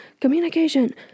communication